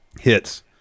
Hits